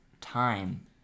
time